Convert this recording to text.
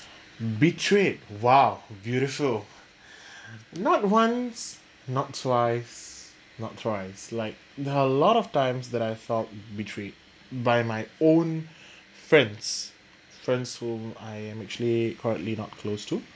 betrayed !wow! beautiful not once not twice not thrice like a lot of times that I felt betrayed by my own friends friends who I am actually currently not close to